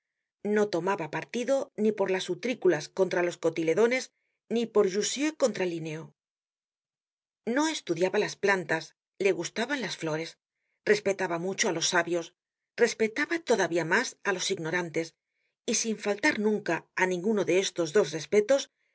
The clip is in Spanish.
no tomaba partido ni por las utrículas contra los cotiledones ni por jussieu contra linneo no estudiaba las plantas le gustaban las flores respetaba mucho á los sabios respetaba todavía mas á los ignorantes y sin faltar nunca á ninguno de estos dos respetos